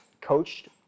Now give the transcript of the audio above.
coached